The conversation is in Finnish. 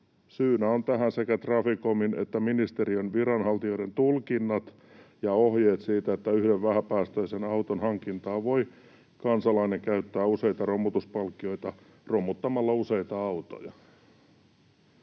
Syynä tähän ovat sekä Traficomin että ministeriön viranhaltijoiden tulkinnat ja ohjeet siitä, että yhden vähäpäästöisen auton hankintaan voi kansalainen käyttää useita romutuspalkkioita romuttamalla useita autoja.